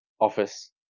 office